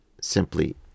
simply